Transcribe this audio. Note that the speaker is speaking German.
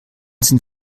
sind